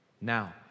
Now